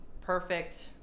perfect